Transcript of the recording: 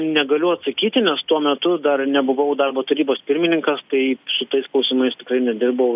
negaliu atsakyti nes tuo metu dar nebuvau darbo tarybos pirmininkas tai su tais klausimais tikrai nedirbau